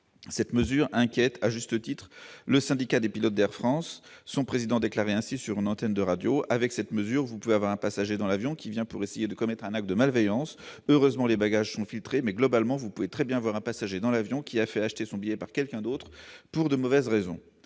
Cette mesure inquiète, à juste titre, le Syndicat des pilotes d'Air France. Ainsi, son président déclarait sur une antenne de radio :« Avec cette mesure, vous pouvez avoir un passager dans l'avion qui vient pour essayer de commettre un acte de malveillance. Heureusement, les bagages sont filtrés mais globalement, vous pouvez très bien avoir un passager dans l'avion qui a fait acheter son billet par quelqu'un d'autre pour de mauvaises raisons.